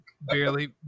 barely